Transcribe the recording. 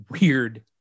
weird